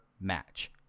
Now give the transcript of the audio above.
match